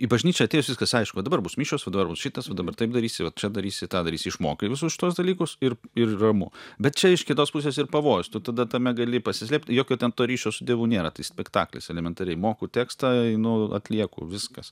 į bažnyčią atėjus viskas aišku va dabar bus mišiosva dabar bus šitas va dabar taip darysi va čia darysi tą darysi išmokai visus šituos dalykus ir ir ramu bet čia iš kitos pusės ir pavojus tu tada tame gali pasislėpt jokio ten to ryšio su dievu nėra tai spektaklis elementariai moku tekstą einu atlieku viskas